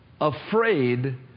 afraid